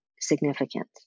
significant